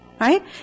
Right